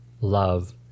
love